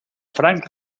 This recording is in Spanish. frank